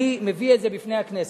אני מביא את זה בפני הכנסת.